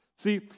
See